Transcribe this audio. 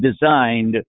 designed